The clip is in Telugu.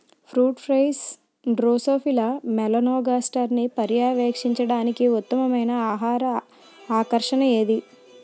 ఫ్రూట్ ఫ్లైస్ డ్రోసోఫిలా మెలనోగాస్టర్ని పర్యవేక్షించడానికి ఉత్తమమైన ఆహార ఆకర్షణ ఏది?